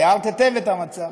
תיארת היטב את המצב,